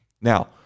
now